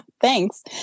Thanks